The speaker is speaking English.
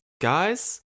guys